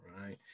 right